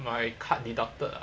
my card deducted ah